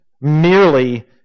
merely